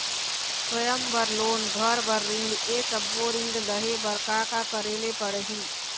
स्वयं बर लोन, घर बर ऋण, ये सब्बो ऋण लहे बर का का करे ले पड़ही?